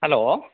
hello